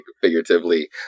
figuratively